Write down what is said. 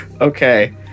Okay